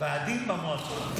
ועדים במועצות.